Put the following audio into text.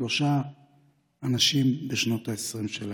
שלושה אנשים בשנות העשרים שלהם.